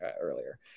earlier